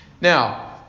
Now